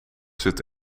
zit